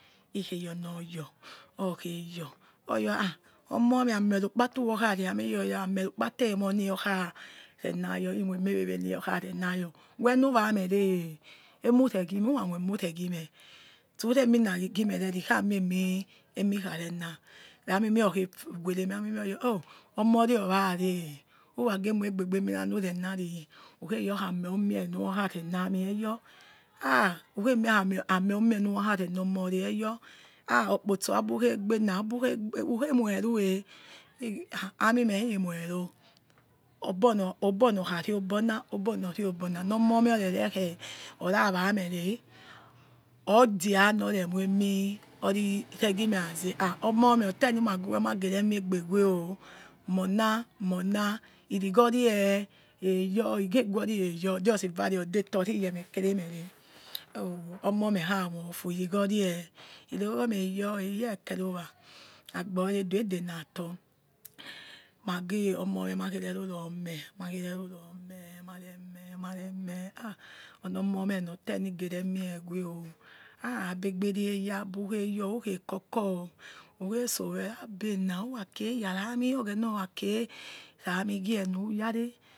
Ikhe yornor yor ikhe your omome ameri kpate ruyor kharia meh i youri amerokpate rumor nuyor kharena yor imoi emewewe niyor kha renai your wenu wanere enuraghime sturemi naa gie merene ikhamiemi emi khare gia ramimer khe fi ramimer or were meh oh omorie owawe uragemoieg bebi emina nurenari ukhwemie ama rumie nura reniamieyor ha ukhemi arne rura reni omorie yor ha okpotso abukhegbena abuke ha ukhemueroe he he amime imoireo obona okhirio obona okhiro obona nor momeh rere he orawamere odura nor remoimi rori regimeh as he omomeh otenimenagiwa ma geremi egbe weo morna morna irigho rie eyor igegwor eyo ojoroy vare oriyemeh kere mere omomeh kha mofu irighonue irigor me eyor eyor ekerowa agoresu edenator ha menagu omomeh makhere rurome rurome rurome maremeh maremeh ha oni omomeh na ote nigere mie wei ha ha be gberie eya abeyor who khe koko whokheso weri abbey na urekhei yarami oghena orakhie rami gie nu yare